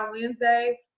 Wednesday